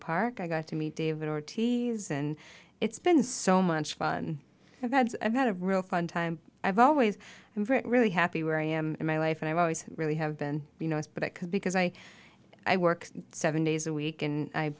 park i got to meet david ortiz and it's been so much fun that i've got a real fun time i've always really happy where i am in my life and i've always really have been you know it's but it could because i i work seven days a week and i